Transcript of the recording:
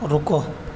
رکو